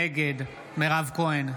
נגד מירב כהן,